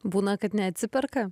būna kad neatsiperka